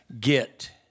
get